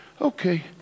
Okay